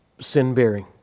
sin-bearing